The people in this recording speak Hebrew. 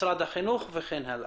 משרד חינוך וכן הלאה.